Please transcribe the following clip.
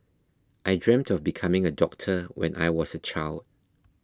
I dreamt of becoming a doctor when I was a child